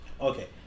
Okay